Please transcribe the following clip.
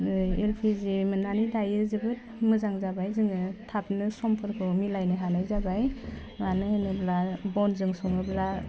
नोइ LPG मोननानै दायो जोबोद मोजां जाबाय जोङो थाबनो समफोरखौ मिलायनो हानाय जाबाय मानो होनोब्ला बनजों सङोब्ला